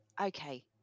Okay